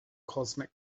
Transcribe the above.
cosmic